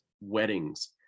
weddings